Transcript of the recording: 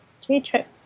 J-Trip